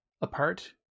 apart